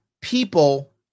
people